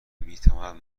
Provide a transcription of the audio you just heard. میتواند